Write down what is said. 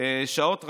שעות רבות.